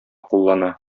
куллана